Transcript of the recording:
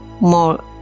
more